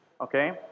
Okay